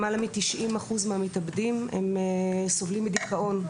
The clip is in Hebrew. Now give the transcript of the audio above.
למעלה מ-90% מהמתאבדים סובלים מדיכאון,